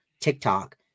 tiktok